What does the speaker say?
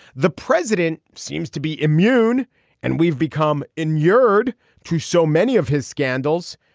the president seems to be immune and we've become inured to so many of his scandals.